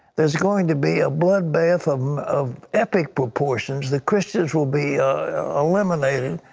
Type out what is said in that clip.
there is going to be a blood bath um of epic proportions that christians will be eliminated,